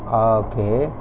orh okay